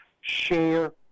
share